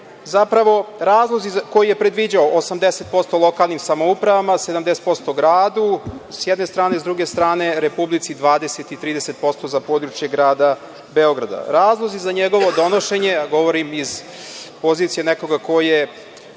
bile, koji je predviđao 80% lokalnim samoupravama, a 70% gradu s jedne strane, a s druge strane Republici 20 i 30% za područje grada Beograda. Razlozi za njegovo donošenje, a govorim iz pozicije nekoga ko je